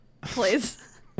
please